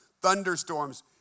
thunderstorms